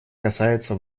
касается